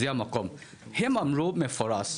הם אמרו במפורש.